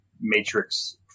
Matrix